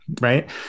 right